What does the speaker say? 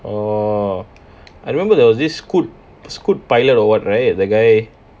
orh I remember there was this scoo~ scoot pilot or what right that guy